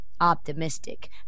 optimistic